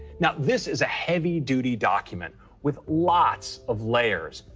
now this is a heavy-duty document with lots of layers.